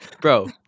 Bro